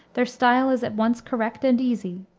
their style is at once correct and easy,